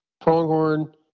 Pronghorn